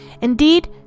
Indeed